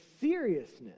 seriousness